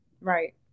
right